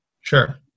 Sure